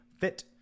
fit